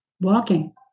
walking